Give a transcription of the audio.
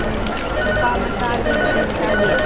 ꯎꯝ ꯅꯨꯄꯥ ꯃꯆꯥꯒꯤ ꯅꯨꯄꯤ ꯃꯆꯥꯒꯤ